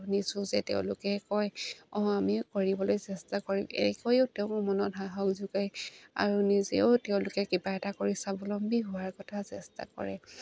শুনিছোঁ যে তেওঁলোকে কয় অঁ আমিও কৰিবলৈ চেষ্টা কৰিম তেওঁৰ মনত সাহস যোগে আৰু নিজেও তেওঁলোকে কিবা এটা কৰি স্বাৱলম্বী হোৱাৰ কথা চেষ্টা কৰে